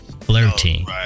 flirting